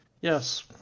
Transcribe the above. Yes